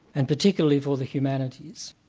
and particularly for the humanities.